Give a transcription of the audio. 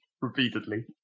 repeatedly